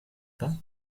pas